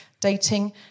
dating